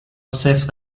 سفت